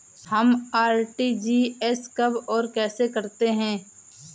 हम आर.टी.जी.एस कब और कैसे करते हैं?